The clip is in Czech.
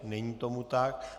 Není tomu tak.